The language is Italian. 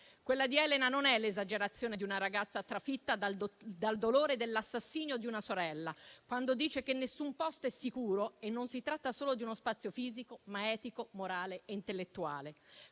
Quella di Elena non è l'esagerazione di una ragazza, trafitta dal dolore dell'assassinio di una sorella. Quando dice che nessun posto è sicuro, si tratta non solo di uno spazio fisico, ma anche di uno etico, morale e intellettuale.